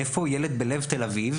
מאיפה ילד בלב תל אביב,